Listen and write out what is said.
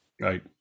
Right